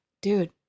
dude